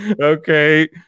okay